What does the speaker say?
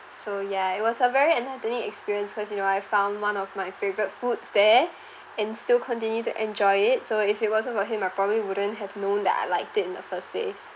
so ya it was a very enlightening experience cause you know I found one of my favorite foods there and still continue to enjoy it so if it wasn't for him I probably wouldn't have known that I liked it in the first place